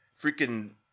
freaking